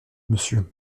monsieur